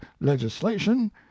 legislation